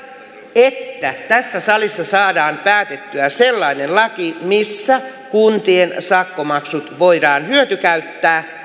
että tässä salissa saadaan päätettyä sellainen laki missä kuntien sakkomaksut voidaan hyötykäyttää